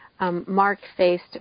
mark-faced